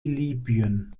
libyen